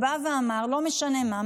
הוא בא ואמר: לא משנה מה,